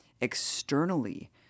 externally